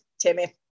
Timmy